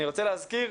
אני רוצה להזכיר,